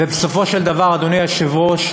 ובסופו של דבר, אדוני היושב-ראש,